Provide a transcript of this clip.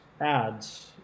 ads